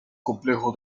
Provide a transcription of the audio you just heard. complejo